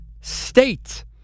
State